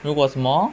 如果什么